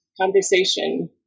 conversation